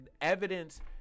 evidence